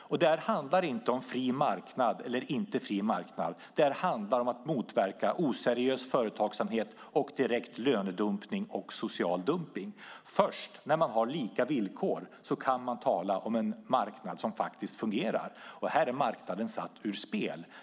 Det här handlar inte om fri marknad eller inte fri marknad. Det handlar om att motverka oseriös företagsamhet och direkt lönedumpning och social dumpning. Först när man har lika villkor kan man tala om en marknad som faktiskt fungerar, och här är marknaden satt ur spel.